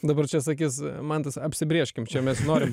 dabar čia sakys mantas apsibrėžkim čia mes norim